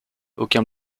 aucun